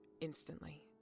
instantly